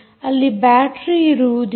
ಅಲ್ಲಿ ಬ್ಯಾಟರೀ ಇರುವುದಿಲ್ಲ